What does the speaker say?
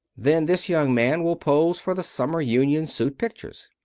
then this young man will pose for the summer union suit pictures.